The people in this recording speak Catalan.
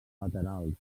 laterals